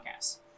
podcast